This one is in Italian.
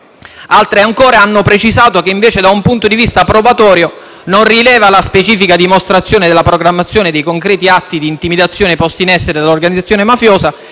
altre ancora hanno precisato che invece da un punto di vista probatorio non rileva la specifica dimostrazione della programmazione dei concreti atti di intimidazione posti in essere dall'organizzazione mafiosa e